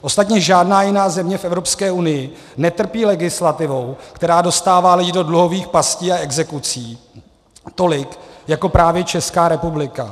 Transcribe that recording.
Ostatně žádná jiná země v Evropské unii netrpí legislativou, která dostává lidi do dluhových pastí a exekucí, tolik jako právě Česká republika.